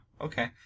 okay